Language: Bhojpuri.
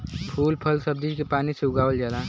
फूल फल सब्जी के पानी से उगावल जाला